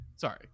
Sorry